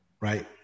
right